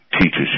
teaches